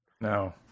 no